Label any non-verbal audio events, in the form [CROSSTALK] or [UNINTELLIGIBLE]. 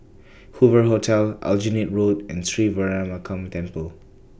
Hoover Hotel Aljunied Road and Sri [UNINTELLIGIBLE] Temple